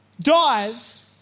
dies